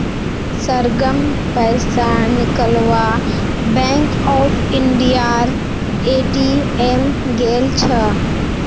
सरगम पैसा निकलवा बैंक ऑफ इंडियार ए.टी.एम गेल छ